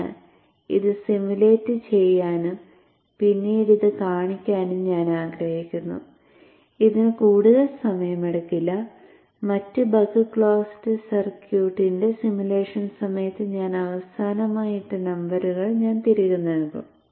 അതിനാൽ ഇത് സിമുലേറ്റ് ചെയ്യാനും പിന്നീട് ഇത് കാണിക്കാനും ഞാൻ ആഗ്രഹിക്കുന്നു ഇതിന് കൂടുതൽ സമയമെടുക്കില്ല മറ്റ് ബക്ക് ക്ലോസ് സർക്യൂട്ടിന്റെ സിമുലേഷൻ സമയത്ത് ഞാൻ അവസാനമായി ഇട്ട നമ്പറുകൾ ഞാൻ തിരികെ നൽകും